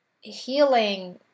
healing